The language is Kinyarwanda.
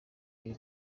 iyo